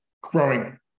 growing